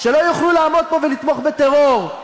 שלא יוכלו לעמוד פה ולתמוך בטרור,